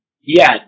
Yes